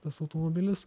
tas automobilis